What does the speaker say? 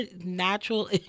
natural